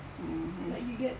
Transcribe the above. mmhmm